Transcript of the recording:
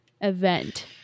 event